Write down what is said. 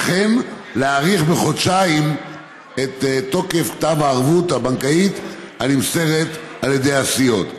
וכן להאריך בחודשיים את תוקף כתב הערבות הבנקאית הנמסרת על ידי הסיעות.